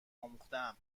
آموختهام